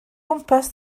gwmpas